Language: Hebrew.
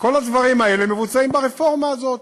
כל הדברים האלה מבוצעים ברפורמה הזאת.